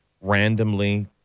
randomly